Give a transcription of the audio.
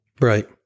Right